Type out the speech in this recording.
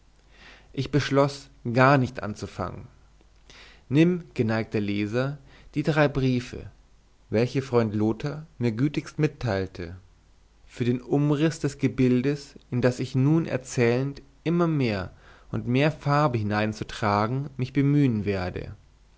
ich beschloß gar nicht anzufangen nimm geneigter leser die drei briefe welche freund lothar mir gütigst mitteilte für den umriß des gebildes in das ich nun erzählend immer mehr und mehr farbe hineinzutragen mich bemühen werde